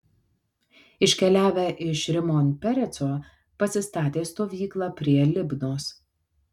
iškeliavę iš rimon pereco pasistatė stovyklą prie libnos